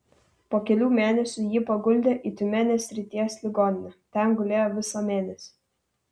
po kelių mėnesių jį paguldė į tiumenės srities ligoninę ten gulėjo visą mėnesį